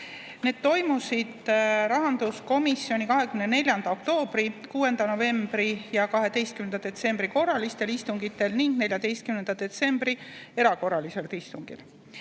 Need toimusid rahanduskomisjoni 24. oktoobri, 6. novembri ja 12. detsembri korralistel istungitel ning 14. detsembri erakorralisel istungil. Eelnõu